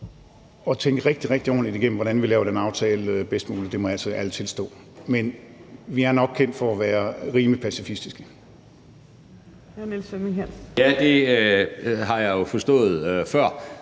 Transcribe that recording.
at tænke rigtig, rigtig ordentligt igennem, hvordan vi laver den aftale bedst muligt. Det må jeg altså ærligt tilstå. Men vi er nok kendt for at være rimelig pacifistiske.